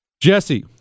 Jesse